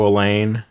Elaine